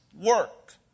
work